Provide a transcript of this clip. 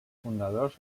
fundadors